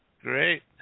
Great